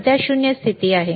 सध्या 0 स्थिती आहे